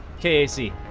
KAC